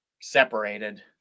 separated